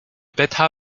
beta